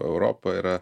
europa yra